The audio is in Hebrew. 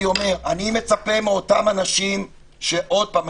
אני אומר שאני מצפה מאותם שעוד פעם,